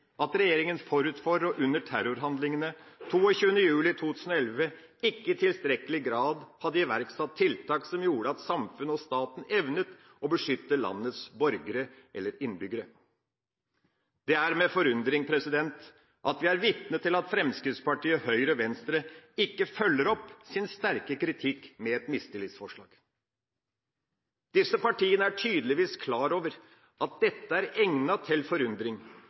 at regjeringen forut for og under terrorhandlingene 22. juli 2011 ikke i tilstrekkelig grad hadde iverksatt tiltak som gjorde at samfunnet og staten evnet å beskytte landets borgere». Det er med forundring at vi er vitne til at Fremskrittspartiet, Høyre og Venstre ikke følger opp sin sterke kritikk med et mistillitsforslag. Disse partiene er tydeligvis klar over at dette er egnet til forundring,